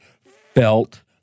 felt